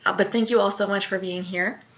ah but thank you all so much for being here